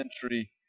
century